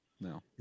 No